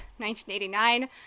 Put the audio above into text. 1989